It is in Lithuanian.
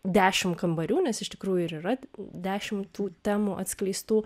dešimt kambarių nes iš tikrųjų ir yra dešimt tų temų atskleistų